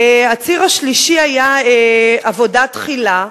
הציר השלישי היה עבודה תחילה,